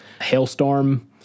Hailstorm